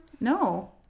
No